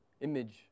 image